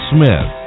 Smith